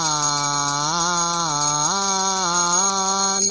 aa